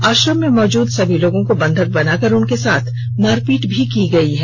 आश्रम में मौजूद सभी लोगों को बंधक बनाकर उनके साथ मारपीट भी की गई है